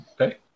okay